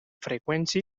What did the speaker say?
freqüència